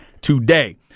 today